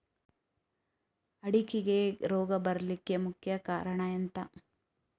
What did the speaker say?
ಅಡಿಕೆಗೆ ರೋಗ ಬರ್ಲಿಕ್ಕೆ ಮುಖ್ಯ ಕಾರಣ ಎಂಥ?